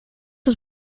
was